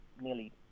nearly